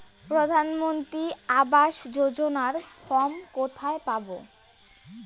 প্রধান মন্ত্রী আবাস যোজনার ফর্ম কোথায় পাব?